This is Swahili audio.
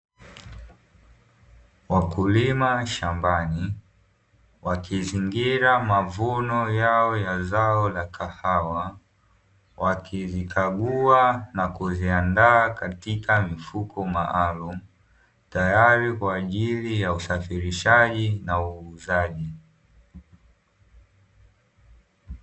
Wakulima shambani, wakizingira mavuno yao ya zao la kahawa, wakizikagua na kuziandaa katika mifuko maalumu, tayari kwa ajili ya usafirishaji na uuzaji.